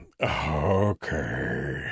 Okay